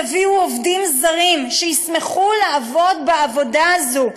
תביאו עובדים זרים שישמחו לעבוד בעבודה הזאת.